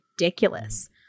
ridiculous